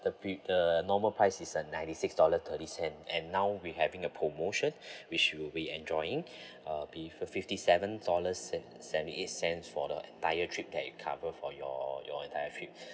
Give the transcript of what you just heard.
the pre~ the normal price is a ninety six dollar thirty cent and now we having a promotion which you'll be enjoying uh be fifty seven dollars se~ seventy eight cents for the entire trip that it cover for your your entire trip